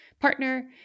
partner